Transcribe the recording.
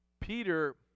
Peter